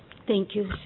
thank you so